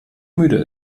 müde